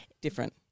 different